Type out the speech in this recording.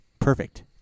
perfect